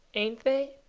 ain't they?